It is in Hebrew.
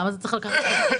למה זה צריך לקחת --- חודשים?